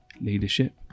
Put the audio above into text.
leadership